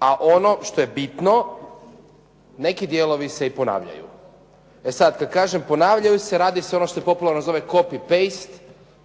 a ono što je bitno neki dijelovi se i ponavljaju. E sad kad kažem ponavljaju se, radi se o onom što se popularno zove copy paste,